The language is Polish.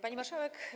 Pani Marszałek!